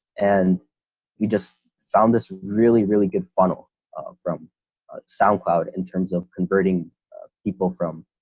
and we just found this really, really good funnel from soundcloud in terms of converting people from